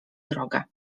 drogę